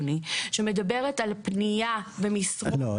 שמדברת על פנייה --- לא.